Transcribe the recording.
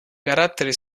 carattere